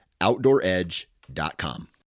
OutdoorEdge.com